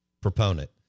proponent